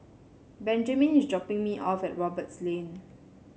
Benjamine is dropping me off at Roberts Lane